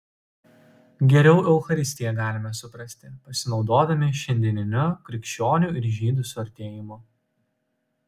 geriau eucharistiją galime suprasti pasinaudodami šiandieniniu krikščionių ir žydų suartėjimu